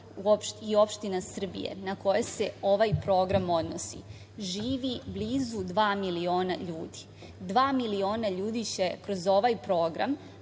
i opština Srbije na koje se ovaj program odnosi živi blizu dva miliona ljudi. Dva miliona ljudi će kroz ovaj program